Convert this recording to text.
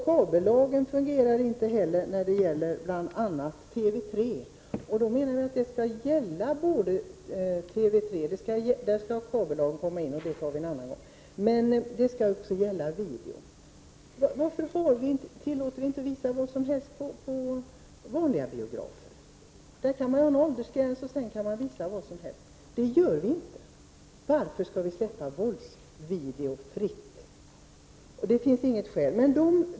Kabellagen fungerar inte heller när det gäller bl.a. TV3. Jag tycker att den skall gälla både TV3—- kabellagen diskuterar vi någon annan gång — och videofilmer. Varför tillåter vi inte att man visar vad som helst på vanliga biografer? Där kan vi ha en åldersgräns och sedan visa vad som helst, men det gör vi inte. Varför skall vi släppa våldsvideo fritt? Det finns inget skäl till det.